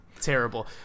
terrible